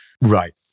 Right